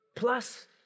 Plus